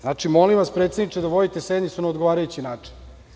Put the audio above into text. Znači, molim vas predsedniče da vodite sednicu na odgovarajući način.